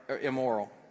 immoral